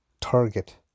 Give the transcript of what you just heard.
target